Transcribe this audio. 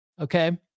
Okay